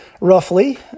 roughly